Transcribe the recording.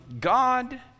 God